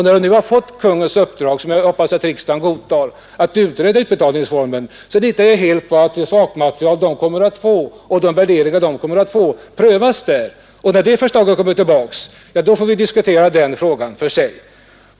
När de nu har föreslagits få Kungl. Maj:ts uppdrag — jag hoppas att riksdagen godtar förslaget — att utreda utbetalningsformen så litar jag helt på att det sakmaterial och de värderingar som de kommer att få prövas av kommittén. När kommitténs förslag sedan läggs fram så får vi diskutera den frågan för sig.